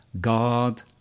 God